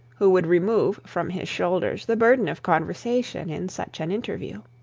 who would remove from his shoulders the burden of conversation in such an interview.